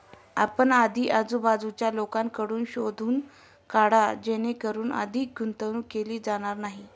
आपण आधी आजूबाजूच्या लोकांकडून शोधून काढा जेणेकरून अधिक गुंतवणूक केली जाणार नाही